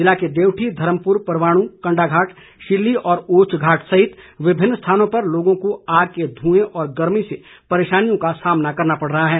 जिले के देवठी धर्मपुर परवाण कंडाघाट शिल्ली और ओच्छघाट सहित विभिन्न स्थानों पर लोगों को आग के धूएं और गर्मी से परेशानियों का सामना करना पड़ रहा है